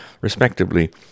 respectively